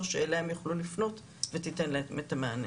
שאליה הם יוכלו לפנות ושתיתן להם את המענה.